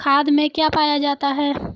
खाद में क्या पाया जाता है?